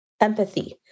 empathy